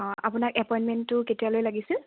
অঁ আপোনাক এপইণ্টমেণ্টো কেতিয়ালৈ লাগিছিল